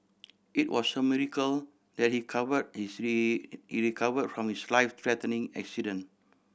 it was a miracle that he cover he three recover from his life threatening accident